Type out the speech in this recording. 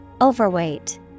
Overweight